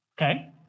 okay